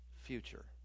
future